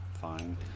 fine